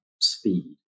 speed